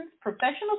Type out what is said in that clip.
professional